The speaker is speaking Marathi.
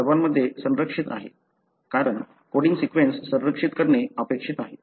हे सर्वांमध्ये संरक्षित आहे कारण कोडींग सीक्वेन्स संरक्षित करणे अपेक्षित आहे